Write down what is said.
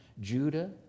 Judah